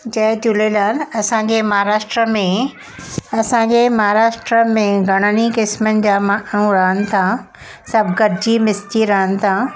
जय झूलेलाल असांजे महारष्ट्रा में असांजे महारष्ट्रा में घणनि ई क़िस्मनि जा माण्हू रहनि था सभु गॾिजी मिस्जी रहनि था